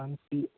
ପାଣି ପି